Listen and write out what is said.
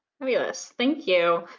fabulous. thank you.